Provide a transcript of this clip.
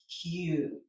huge